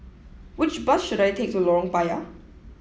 which bus should I take to Lorong Payah